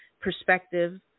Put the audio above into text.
perspective